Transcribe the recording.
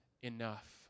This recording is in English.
enough